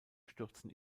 stürzen